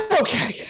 Okay